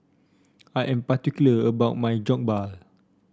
I am particular about my Jokbal